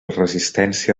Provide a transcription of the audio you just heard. resistència